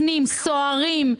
אם זה במשרד לביטחון פנים: סוהרים,